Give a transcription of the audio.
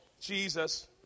Jesus